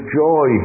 joy